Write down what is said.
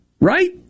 right